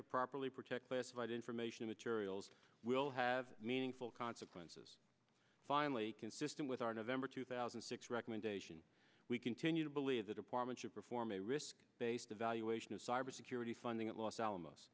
to properly protect us right information materials will have meaningful consequences finally consistent with our november two thousand and six recommendation we continue to believe the department to perform a risk based evaluation of cybersecurity funding at los alamos